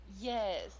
yes